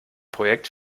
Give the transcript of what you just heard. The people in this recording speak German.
projekt